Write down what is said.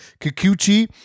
Kikuchi